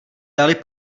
dali